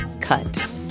cut